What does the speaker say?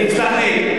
תסלח לי,